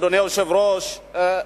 אדוני היושב-ראש,